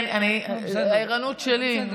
כן, הערנות שלי.